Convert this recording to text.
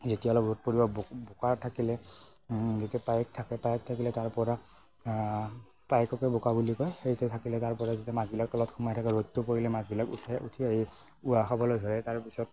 যেতিয়া অলপ ৰ'দ পৰিব বোকা থাকিলে যেতিয়া পায়েক থাকে পায়েক থাকিলে তাৰ পৰা পায়েককে বোকা বুলি কয় সেইটো থাকিলে তাৰ পৰা যেতিয়া মাছবিলাক তলত সোমাই থাকে ৰ'দটো পৰিলে মাছবিলাক উঠে উঠি আহি উশাহ খাবলৈ ধৰে তাৰ পিছত